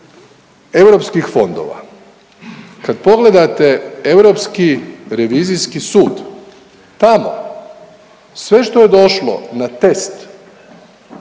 europskih fondova, kad pogledate Europski revizijski sud tamo sve što je došlo na test